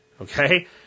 okay